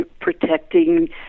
protecting